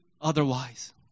otherwise